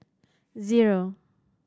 zero